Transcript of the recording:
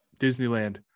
Disneyland